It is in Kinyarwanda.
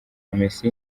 messi